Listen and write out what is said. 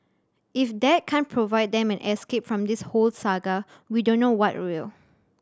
if that can't provide them an escape from this whole saga we don't know what will